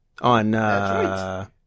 On